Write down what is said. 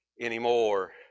anymore